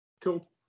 Cool